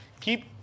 keep